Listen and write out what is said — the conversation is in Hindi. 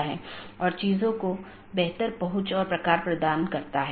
तो AS के भीतर BGP का उपयोग स्थानीय IGP मार्गों के विज्ञापन के लिए किया जाता है